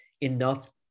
enough